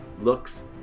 looks